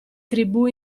tribù